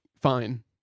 fine